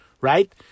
right